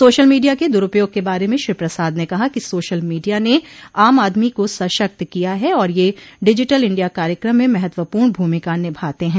social media के दुरूपयोग के बारे में श्री प्रसाद ने कहा कि सोशल मीडिया ने आम आदमी को सशक्त किया है और यह डिजिटल इंडिया कार्यक्रम में महत्वपूर्ण भूमिका निभाते हैं